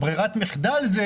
זו ברירת המחדל.